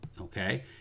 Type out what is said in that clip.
Okay